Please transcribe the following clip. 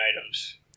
items